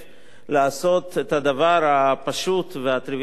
לעשות את הדבר הפשוט והטריוויאלי כל כך,